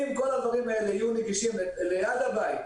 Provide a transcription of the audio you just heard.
אם כל הדברים האלה יהיו נגישים ליד הבית,